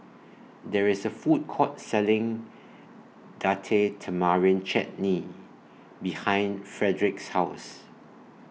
There IS A Food Court Selling Date Tamarind Chutney behind Fredric's House